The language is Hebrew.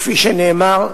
כפי שנאמר: